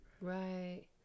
Right